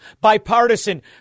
bipartisan